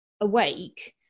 awake